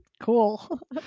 cool